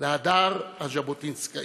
להדר הז'בוטינסקאי,